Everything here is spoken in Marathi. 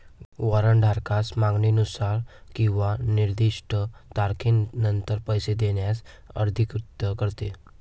वॉरंट धारकास मागणीनुसार किंवा निर्दिष्ट तारखेनंतर पैसे देण्यास अधिकृत करते